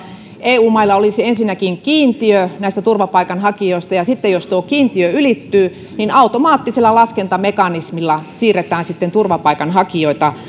eu mailla olisi ensinnäkin kiintiö näistä turvapaikanhakijoista ja sitten jos tuo kiintiö ylittyy niin automaattisella laskentamekanismilla siirretään turvapaikanhakijoita